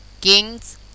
KING'S